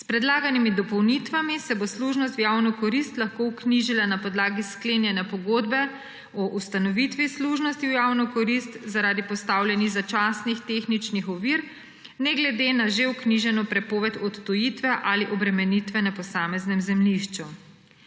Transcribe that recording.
S predlaganimi dopolnitvami se bo služnost v javno korist lahko vknjižila na podlagi sklenjene pogodbe o ustanovitvi služnosti v javno korist zaradi postavljenih začasnih tehničnih ovir, ne glede na že vknjiženo prepoved odtujitve ali obremenitve na posameznem zemljišču.